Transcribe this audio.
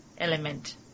element